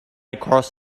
across